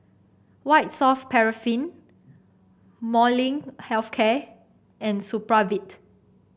White Soft Paraffin Molnylcke Health Care and Supravit